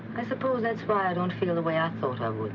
i suppose that's why i don't feel the way i thought i